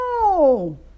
No